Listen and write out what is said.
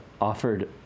offered